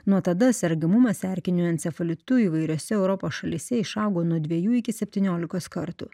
nuo tada sergamumas erkiniu encefalitu įvairiose europos šalyse išaugo nuo dviejų iki septyniolikos kartų